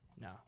No